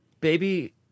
Baby